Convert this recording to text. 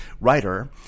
writer